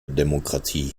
demokratie